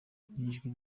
n’ijwi